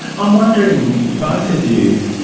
i'm wondering, both of you,